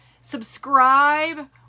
subscribe